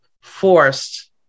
forced